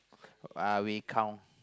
uh we count